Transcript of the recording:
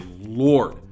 Lord